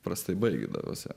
prastai baigdavosi